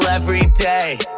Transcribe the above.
every day.